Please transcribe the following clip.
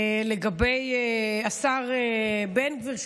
לגבי השר בן גביר,